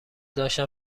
داشتم